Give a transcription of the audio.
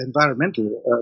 environmental